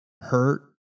hurt